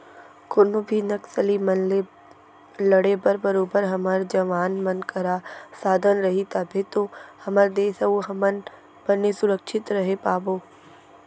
कोनो भी नक्सली मन ले लड़े बर बरोबर हमर जवान मन करा साधन रही तभे तो हमर देस अउ हमन बने सुरक्छित रहें पाबो